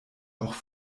auch